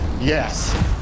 Yes